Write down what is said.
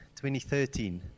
2013